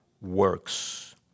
works